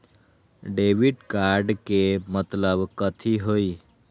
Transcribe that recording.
Debit card के मतलब कथी होई?